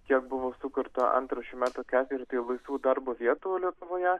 kiek buvo sukurta antrą šių metų ketvirtį laisvų darbo vietų lietuvoje